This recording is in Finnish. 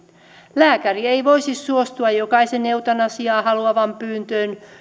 lääkäri ei voisi suostua jokaisen eutanasiaa haluavan pyyntöön